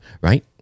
right